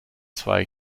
zwei